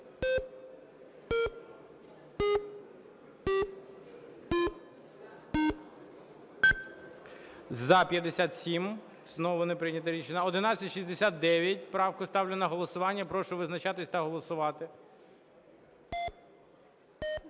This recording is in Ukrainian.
За-57 Знову не прийнято рішення. 1169 правку ставлю на голосування. Прошу визначатися та голосувати.